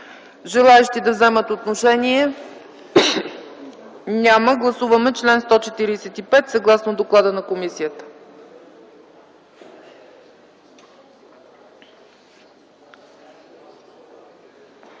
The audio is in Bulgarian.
желаещи да вземат отношение? Няма. Гласуваме чл. 145, съгласно доклада на комисията.